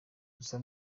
gusa